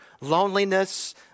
loneliness